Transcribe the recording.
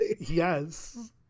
Yes